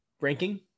ranking